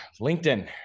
LinkedIn